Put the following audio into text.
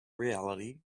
reality